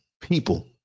people